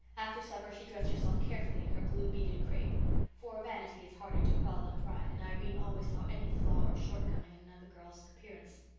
after supper she dressed herself carefully in her blue, beaded crepe for vanity is harder to quell than pride and irene always saw any flaw or shortcoming in another girl's appearance.